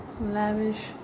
lavish